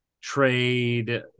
trade